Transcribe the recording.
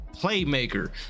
playmaker